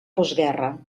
postguerra